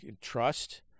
trust